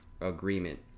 agreement